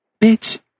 bitch